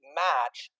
match